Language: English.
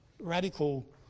radical